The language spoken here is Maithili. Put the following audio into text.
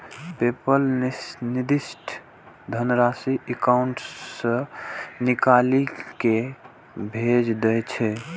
पेपल निर्दिष्ट धनराशि एकाउंट सं निकालि कें भेज दै छै